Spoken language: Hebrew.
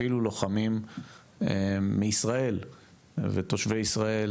אפילו לוחמים מישראל ותושבי ישראל,